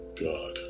God